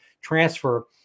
transfer